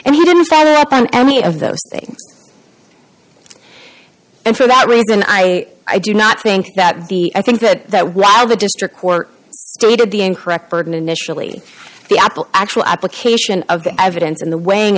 and he didn't follow up on any of those things and for that reason i i do not think that b i think that that while the district court stated the incorrect burden initially the apple actual application of the evidence in the weighing